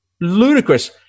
ludicrous